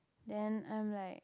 then I'm like